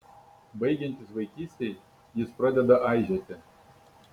baigiantis vaikystei jis pradeda aižėti